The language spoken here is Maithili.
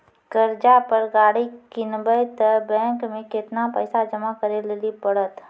कर्जा पर गाड़ी किनबै तऽ बैंक मे केतना पैसा जमा करे लेली पड़त?